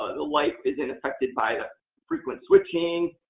ah the light isn't affected by ah frequent switching.